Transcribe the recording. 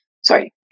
sorry